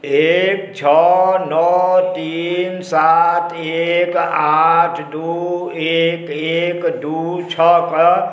एक छओ नओ तीन सात एक आठ दू एक एक दुइ छओके